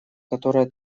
которая